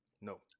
No